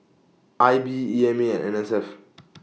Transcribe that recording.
I B E M A and N S F